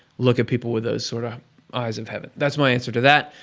look at people with those sort of eyes of heaven. that's my answer to that.